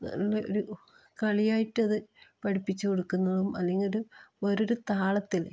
ഒരു കളിയായിട്ടത് പഠിപ്പിച്ചു കൊടുക്കുന്നതും അല്ലെങ്കിൽ ഒരു ഓരോരോ താളത്തിൽ